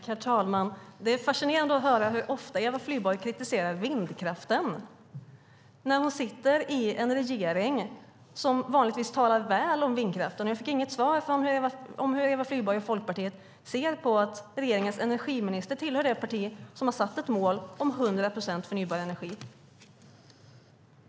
Herr talman! Det är fascinerande hur ofta Eva Flyborg kritiserar vindkraften när hennes parti ingår i en regering som vanligtvis talar väl om vindkraften. Jag fick inget svar om hur Eva Flyborg och Folkpartiet ser på att regeringens energiminister tillhör det parti som har satt ett mål om 100 procent förnybar energi.